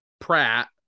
Pratt